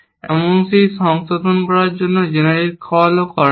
এমনকি সংশোধন করার জন্য জেনেরিক কলও করে না